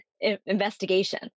investigation